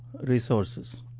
resources